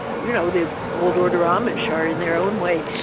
you know, the old order amish are in their own way,